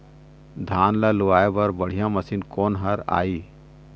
धान ला लुआय बर बढ़िया मशीन कोन हर आइ?